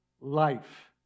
life